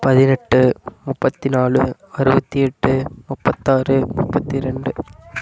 பதினெட்டு முப்பத்தி நாலு அறுபத்தி எட்டு முப்பத்தாறு முப்பத்தி ரெண்டு